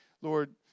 Lord